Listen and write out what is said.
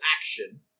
action